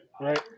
right